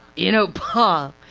you know paw,